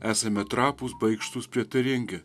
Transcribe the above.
esame trapūs baikštūs prietaringi